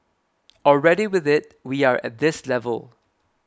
already with it we are at this level